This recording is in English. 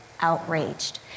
outraged